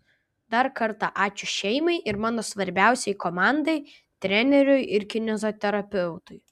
dar kartą ačiū šeimai ir mano svarbiausiai komandai treneriui ir kineziterapeutui